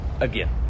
again